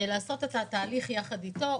לעשות את התהליך יחד איתו.